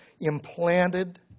implanted